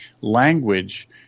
language